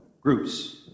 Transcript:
groups